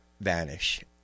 vanish